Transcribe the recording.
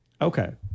Okay